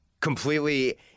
completely